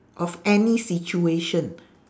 of any situation